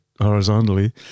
horizontally